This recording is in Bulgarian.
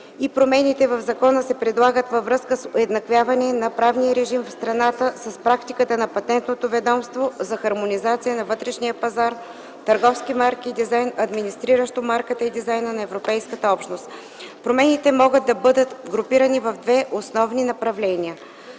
Промените в закона се предлагат във връзка с уеднаквяване на правния режим в страната с практиката на Патентното ведомство за хармонизация на вътрешния пазар (търговски марки и дизайн), администриращо марката и дизайна на Европейската общност. Промените могат да бъдат групирани в две основни направления: